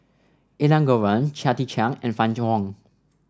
Elangovan Chia Tee Chiak and Fann Wong